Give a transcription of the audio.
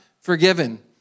forgiven